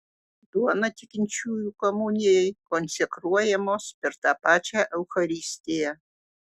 duona tikinčiųjų komunijai konsekruojamos per tą pačią eucharistiją